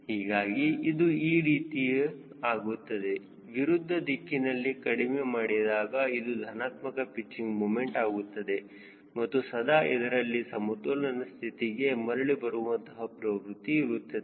ಹೀಗಾಗಿ ಇದು ಈ ರೀತಿ ಆಗುತ್ತದೆ ವಿರುದ್ಧ ದಿಕ್ಕಿನಲ್ಲಿ ಕಡಿಮೆ ಮಾಡಿದಾಗ ಇದು ಧನಾತ್ಮಕ ಪಿಚ್ಚಿಂಗ್ ಮೂಮೆಂಟ್ ಆಗುತ್ತದೆ ಮತ್ತು ಸದಾ ಇದರಲ್ಲಿ ಸಮತೋಲನ ಸ್ಥಿತಿಗೆ ಮರಳಿ ಬರುವಂತಹ ಪ್ರವೃತ್ತಿ ಇರುತ್ತದೆ